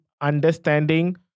understanding